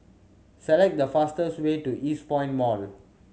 select the fastest way to Eastpoint Mall